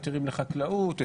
היתרים לחקלאות,